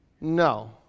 No